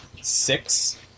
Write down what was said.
six